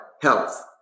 health